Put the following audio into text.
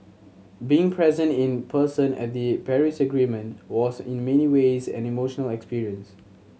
being present in person at the Paris Agreement was in many ways an emotional experience